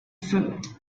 fruit